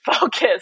focus